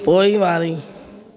पोइवारी